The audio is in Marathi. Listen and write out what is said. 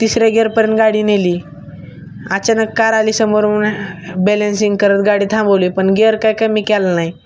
तिसऱ्या गिअरपर्यंत गाडी नेली अचानक कार आली समोर मग बॅलेन्सिंग करत गाडी थांबवली पण गेअर काय कमी केला नाही